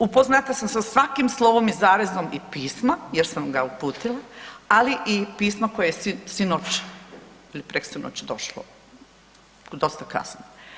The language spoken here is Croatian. Upoznata sam sa svakim slovom i zarezom iz pisma jer sam ga uputila, ali i pisma koje je sinoć ili preksinoć došlo u dosta kasno.